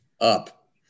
up